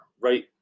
right